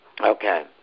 Okay